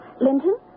Linton